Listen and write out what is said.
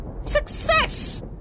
Success